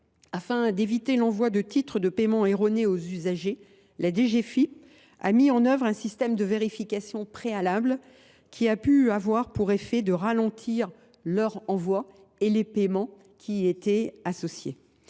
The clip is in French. afin d’éviter l’envoi de titres de paiement erronés aux usagers, la DGFiP a mis en œuvre un système de vérification préalable qui a pu avoir pour effet de ralentir leur envoi et les paiements qui y sont associés.